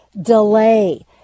delay